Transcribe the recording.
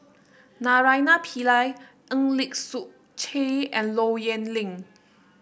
Naraina Pillai Eng Lee Seok Chee and Low Yen Ling